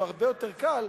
שהוא הרבה יותר קל,